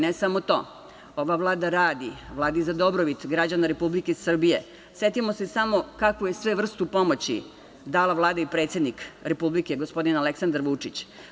Ne samo to, ova Vlada radi, radi sa dobrobit građana Republike Srbije, setimo se samo kakvu je sve vrstu pomoći dala Vlada i predsednik Republike, gospodin Aleksandar Vučić.